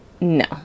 No